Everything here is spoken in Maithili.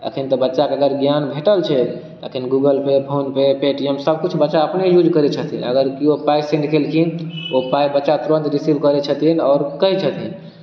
अखन तऽ बच्चा के अगर ज्ञान भेटल छै अखन Google Pay PhonePe Paytm सब किछु बच्चा अपने यूज करे छथिन अगर केओ पाइ सेंड गेलखिन तऽ ओ पाइ बच्चा तुरंत रिसीव कऽ लै छथिन आओर कहै छथिन